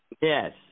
Yes